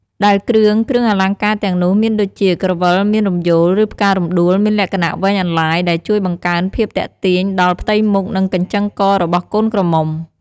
ដែលគ្រឿង គ្រឿងអលង្ការទាំងនោះមានដូចជា ក្រវិលមាសរំយោល ឬផ្ការំដួល មានលក្ខណៈវែងអន្លាយ ដែលជួយបង្កើនភាពទាក់ទាញដល់ផ្ទៃមុខ និងកញ្ចឹងករបស់កូនក្រមុំ។